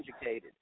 educated